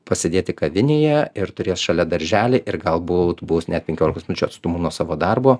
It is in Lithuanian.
pasėdėti kavinėje ir turės šalia darželį ir galbūt bus net penkiolikos minučių atstumu nuo savo darbo